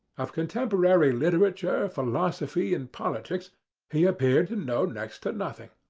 of contemporary literature, philosophy and politics he appeared to know next to nothing.